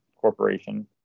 corporation